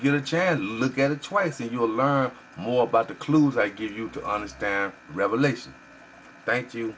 get a chance look at it twice you will learn more about the clues i give you to understand revelation thank you